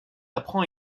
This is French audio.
apprend